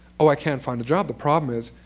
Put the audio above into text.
oh, i can't find a job. the problem is,